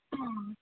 ಹಾಂ